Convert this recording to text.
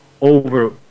over